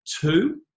two